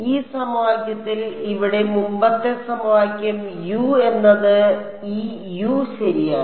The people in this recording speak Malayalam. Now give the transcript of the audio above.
ഈ സമവാക്യത്തിൽ ഇവിടെ മുമ്പത്തെ സമവാക്യം U എന്നത് ഈ U ശരിയാണ്